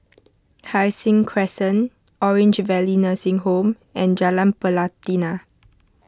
Hai Sing Crescent Orange Valley Nursing Home and Jalan Pelatina